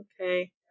okay